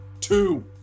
two